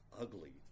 ugly